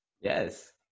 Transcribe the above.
Yes